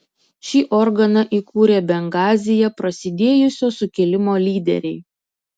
šį organą įkūrė bengazyje prasidėjusio sukilimo lyderiai